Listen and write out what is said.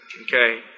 okay